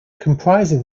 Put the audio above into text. comprising